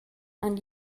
and